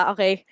Okay